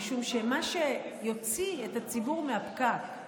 משום שמה שיוציא את הציבור מהפקק,